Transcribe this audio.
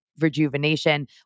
rejuvenation